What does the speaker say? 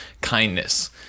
kindness